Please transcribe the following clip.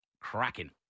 cracking